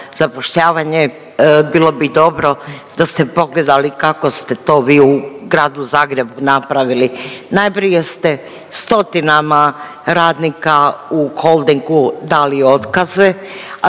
zapošljavanje bilo bi dobro da ste pogledali kako ste to vi u Gradu Zagrebu napravili. Najprije ste 100-tinama radnika u Holdingu dali otkaze